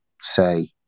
say